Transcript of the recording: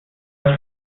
für